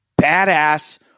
badass